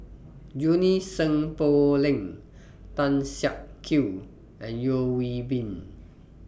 Junie Sng Poh Leng Tan Siak Kew and Yeo Hwee Bin